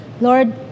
Lord